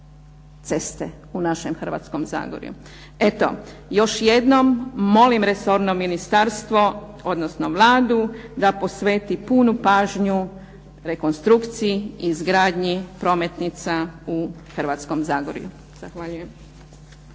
ceste u našem Hrvatskom zagorju. Eto, još jednom molim resorno ministarstvo, odnosno Vladu da posveti punu pažnju rekonstrukciji i izgradnji prometnica u Hrvatskom zagorju. Zahvaljujem.